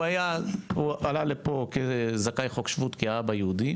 הוא היה, הוא עלה פה כזכאי חוק שבות, כאבא יהודי.